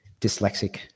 dyslexic